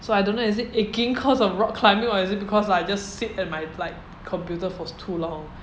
so I don't know is it aching cause of rock climbing or is it because like I just sit at my like computer for too long